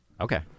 Okay